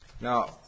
Now